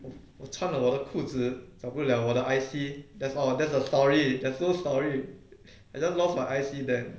我我穿了我的裤子找不了我的 I_C that's all that's a story that's no story I just lost my I_C then